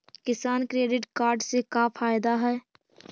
किसान credit card से का फायदा है?